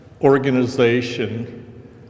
organization